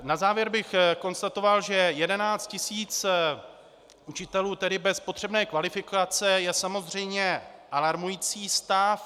Na závěr bych konstatoval, že 11 tisíc učitelů bez potřebné kvalifikace je samozřejmě alarmující stav.